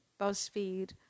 BuzzFeed